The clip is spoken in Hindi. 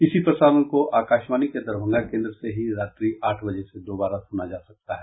इसी प्रसारण को आकाशवाणी के दरभंगा केन्द्र से ही रात्रि आठ बजे से दोबारा सुना जा सकता है